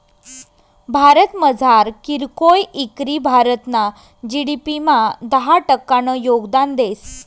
भारतमझार कीरकोय इकरी भारतना जी.डी.पी मा दहा टक्कानं योगदान देस